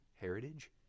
Heritage